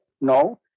No